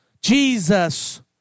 Jesus